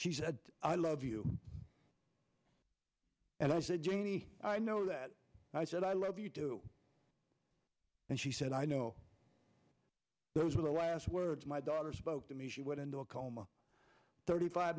she said i love you and i said janey i know that i said i love you do and she said i know those were the last words my daughter spoke to me she went into a coma thirty five